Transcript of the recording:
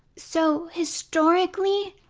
so, historically,